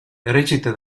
recita